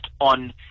on